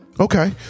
Okay